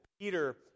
Peter